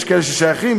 יש כאלה ששייכים,